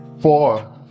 Four